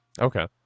Okay